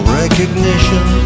recognition